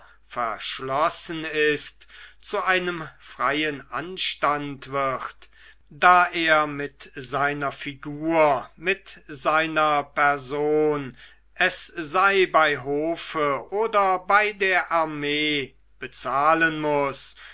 verschlossen ist zu einem freien anstand wird da er mit seiner figur mit seiner person es sei bei hofe oder bei der armee bezahlen muß